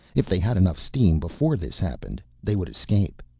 if they had enough steam before this happened, they would escape.